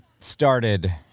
started